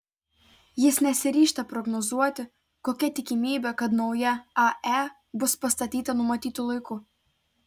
jis nesiryžta prognozuoti kokia tikimybė kad nauja ae bus pastatyta numatytu laiku